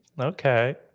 Okay